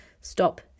stop